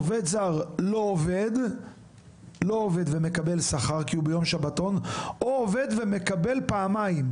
עובד זר לא עובד ומקבל שכר כי הוא ביום שבתון או עובד ומקבל שכר כפול.